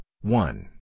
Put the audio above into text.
one